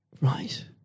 Right